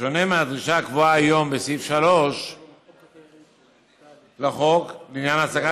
בשונה מהדרישה הקבועה היום בסעיף 3 לחוק לעניין העסקת